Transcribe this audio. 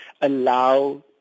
allow